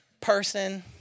person